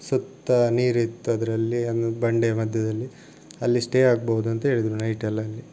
ಸುತ್ತ ನೀರಿತ್ತು ಅದರಲ್ಲಿ ಬಂಡೆ ಮಧ್ಯದಲ್ಲಿ ಅಲ್ಲಿ ಸ್ಟೇ ಆಗಬಹುದು ಅಂತ ಹೇಳಿದರು ನೈಟ್ ಎಲ್ಲ ಅಲ್ಲಿ